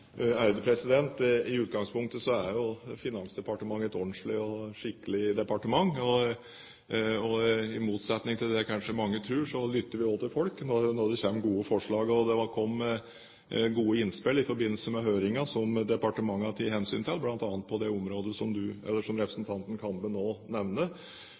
I utgangspunktet er Finansdepartementet et ordentlig og skikkelig departement. I motsetning til det kanskje mange tror, lytter vi også til folk når det kommer gode forslag, og det kom gode innspill i forbindelse med høringen som departementet har tatt hensyn til, bl.a. på det området som representanten Kambe nå nevner. Så kan jeg ikke gi noe annet svar nå